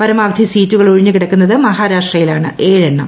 പരമാവധി സീറ്റുകൾ ഒഴിഞ്ഞു കിടക്കുന്നത് മഹാരാഷ്ട്രയിലാണ് ഏഴെണ്ണം